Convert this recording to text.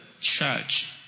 church